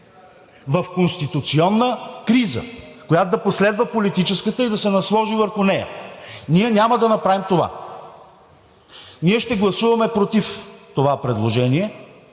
в конституционна криза, която да последва политическата и да се насложи върху нея. Ние няма да направим това! Ние ще гласуваме против това предложение